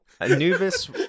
anubis